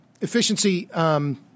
Efficiency